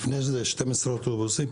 לפני כן 12 אוטובוסים.